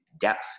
depth